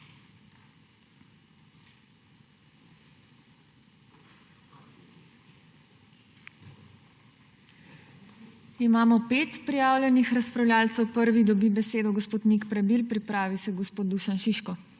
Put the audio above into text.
Imamo pet prijavljenih razpravljavcev. Prvi dobi besedo gospod Nik Prebil, pripravi se gospod Dušan Šiško.